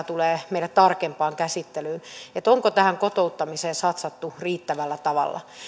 tulee meille tarkempaan käsittelyyn se on sillä tavalla kiinnostava että onko tähän kotouttamiseen satsattu riittävällä tavalla